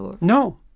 No